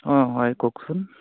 অঁ হয় কওকচোন